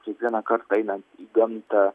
kiekvieną kartą einan į gamtą